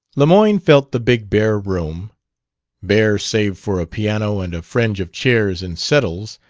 lemoyne felt the big bare room bare save for a piano and a fringe of chairs and settles,